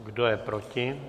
Kdo je proti?